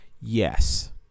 yes